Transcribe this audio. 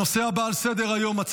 בעד, 21, אין נגד, אין נמנעים.